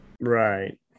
Right